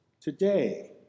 today